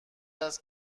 است